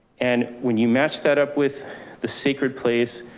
and when you match that up with the sacred place,